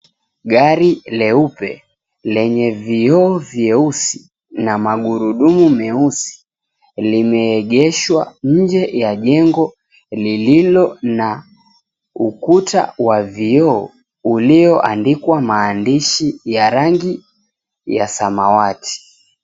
Gari leupe, lenye vioo vyeusi na magurudumu meusi limeegeshwa nje ya jengo lililo na ukuta wa vioo ulioandikwa maandishi ya rangi ya samawati.